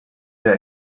der